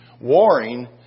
warring